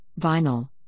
vinyl